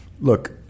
Look